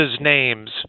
names